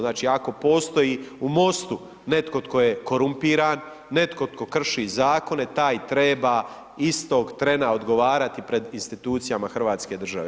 Znači ako postoji u Mostu netko tko je korumpiran, netko tko krši zakone, taj treba istog trena odgovoriti pred institucijama Hrvatske države.